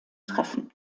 treffen